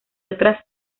otras